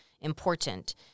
important